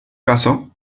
caso